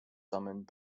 summoned